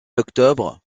octobre